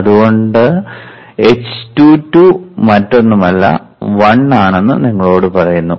അതുകൊണ്ട് h21 മറ്റൊന്നുമല്ല 1 ആണെന്ന് നിങ്ങളോട് പറയുന്നു